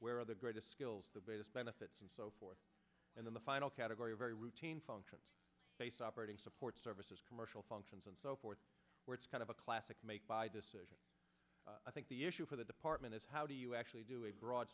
where the greatest skills the basis benefits and so forth and then the final category very routine functions based operating support services commercial functions and so forth where it's kind of a classic make buy decision i think the issue for the department is how do you actually do a broad